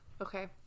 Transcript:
Okay